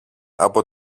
από